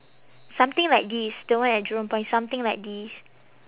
something like this the one at jurong point something like this